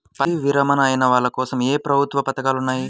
పదవీ విరమణ అయిన వాళ్లకోసం ఏ ప్రభుత్వ పథకాలు ఉన్నాయి?